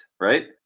right